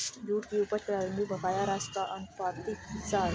छूट की उपज प्रारंभिक बकाया राशि का आनुपातिक हिस्सा है